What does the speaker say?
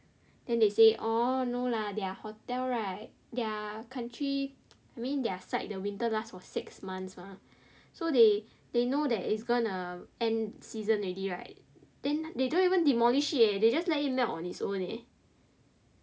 then they say orh no lah their hotel right their country I mean their side the winter lasts for six months mah so they they know that it's going to end season already right then they don't even demolish it leh they just let it melt on it's own leh